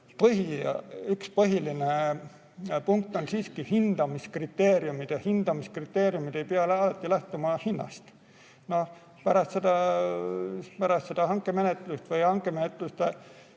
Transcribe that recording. üks põhiline punkt on siiski hindamiskriteeriumid ja hindamiskriteeriumid ei pea alati lähtuma hinnast. Pärast hankemenetlust või pakkumiste